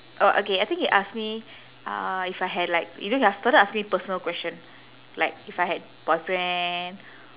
oh okay I think he ask me uh if I had like you know he ask started asking me personal question like if I had boyfriend